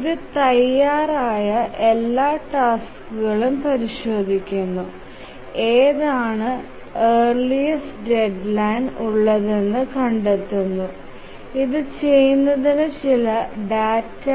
ഇത് തയ്യാറായ എല്ലാ ടാസ്കുകളും പരിശോധിക്കുന്നു ഏതാണ് ഏർലിസ്റ് ഡെഡ്ലൈൻ ഉള്ളതെന്ന് കണ്ടെത്തുന്നു ഇത് ചെയ്യുന്നതിന് ചില ഡാറ്റ